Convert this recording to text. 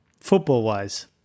Football-wise